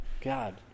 God